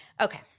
Okay